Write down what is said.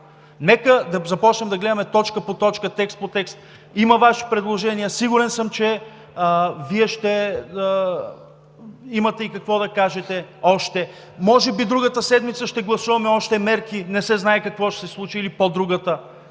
нека да започнем да гледаме точка по точка, текст по текст. Има Ваши предложения, сигурен съм, че ще имате и какво още да кажете. Може би другата седмица ще гласуваме още мерки, не се знае какво ще се случи, или по-другата. Нека